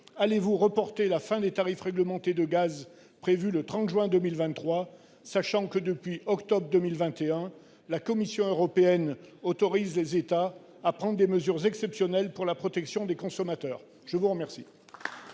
allez-vous reporter la fin des tarifs réglementés du gaz prévue le 30 juin 2023, sachant que, depuis octobre 2021, la Commission européenne autorise les États à prendre des mesures exceptionnelles pour la protection des consommateurs ? La parole